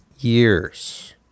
years